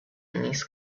miss